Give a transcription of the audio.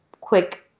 quick